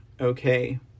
okay